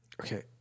okay